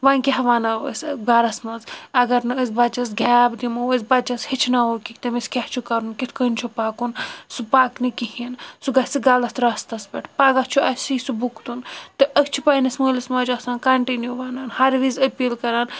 وۄنۍ کیاہ وَنو أسی گرس منٛز اگر نہِ أسۍ بَچس گیپ دِمو أسۍ بَچس ہیٚچھناوو کہ تٔمس کیاہ چھُ کرن کِتھ کٔنۍ چھُ پَکُن سُہ پَکہِ نہٕ کہیٖنۍ سُہ گَژھہ غلط راستس پٮ۪ٹھ پَگہ چھُ اسے سُہ بُکتُن تہِ أسۍ چھِ پَننس مألس ماجہِ آسان کَنٹینو وَنان ہر وز أپیٖل کران